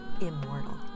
immortal